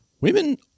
Women